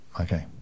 okay